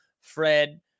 Fred